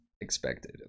expected